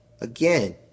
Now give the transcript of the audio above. Again